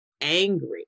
angry